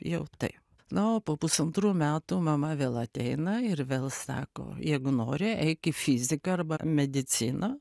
jau taip na o po pusantrų metų mama vėl ateina ir vėl sako jeigu nori eik į fiziką arba mediciną